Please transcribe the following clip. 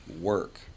work